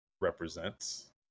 represents